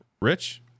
Rich